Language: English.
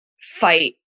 fight